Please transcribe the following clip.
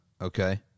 okay